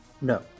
no